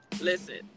listen